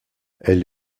elle